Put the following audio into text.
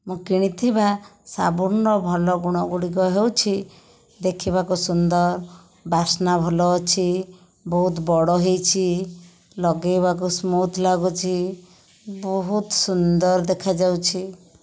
ମୁଁ କିଣିଥିବା ସାବୁନର ଭଲ ଗୁଣଗୁଡ଼ିକ ହେଉଛି ଦେଖିବାକୁ ସୁନ୍ଦର ବାସ୍ନା ଭଲ ଅଛି ବହୁତ ବଡ଼ ହୋଇଛି ଲଗାଇବାକୁ ସ୍ମୁଥ୍ ଲାଗୁଛି ବହୁତ ସୁନ୍ଦର ଦେଖାଯାଉଛି